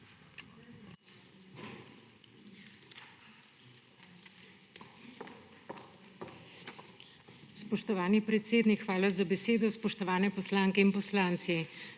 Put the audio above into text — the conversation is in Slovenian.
Spoštovani podpredsednik, hvala za besedo. Spoštovane poslanke in poslanci!